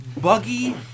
buggy